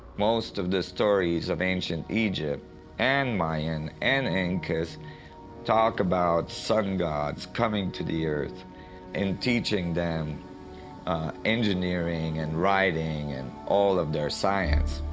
most of the stories of ancient egypt and mayans and incas talk about sun gods coming to the earth and teaching them engineering and writing and all of their science.